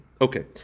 Okay